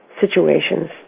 situations